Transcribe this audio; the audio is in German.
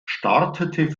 startete